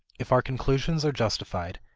if our conclusions are justified,